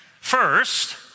First